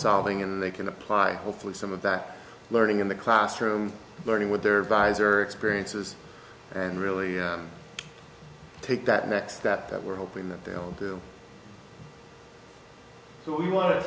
solving and they can apply hopefully some of that learning in the classroom learning with their visor experiences and really take that next step that we're hoping that they'll do what we want to